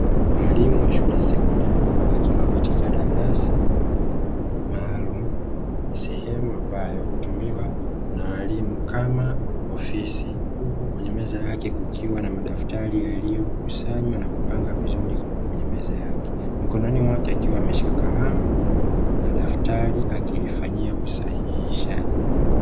Mwalimu wa shule ya sekondari akiwa katika darasa maalumu, sehemu ambayo hutumiwa na walimu kama ofisi, huku kwenye meza yake kukiwa na madaftari yaliyokusanywa na kupangwa vizuri, kwenye meza yake, mkononi mwake, akiwa ameshika kalamu na daftari akilifanyia usahihishaji.